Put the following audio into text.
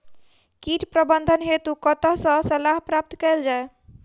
कीट प्रबंधन हेतु कतह सऽ सलाह प्राप्त कैल जाय?